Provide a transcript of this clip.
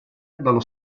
dallo